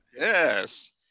Yes